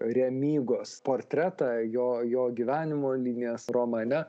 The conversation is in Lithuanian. remygos portretą jo jo gyvenimo linijas romane